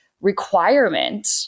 requirement